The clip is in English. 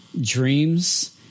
dreams